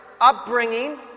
upbringing